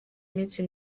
minsi